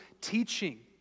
teaching